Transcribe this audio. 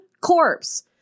corpse